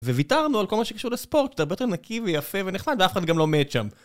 וויתרנו על כל מה שקשור לספורט, זה הרבה יותר נקי ויפה ונחמד, ואף אחד גם לא מת שם.